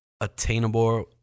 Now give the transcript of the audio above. attainable